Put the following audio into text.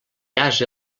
ase